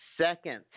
Second